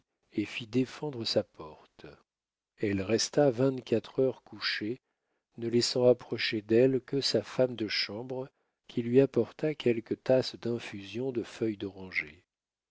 et fit défendre sa porte elle resta vingt-quatre heures couchée ne laissant approcher d'elle que sa femme de chambre qui lui apporta quelques tasses d'infusion de feuilles d'oranger